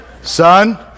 Son